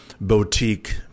boutique